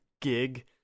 gig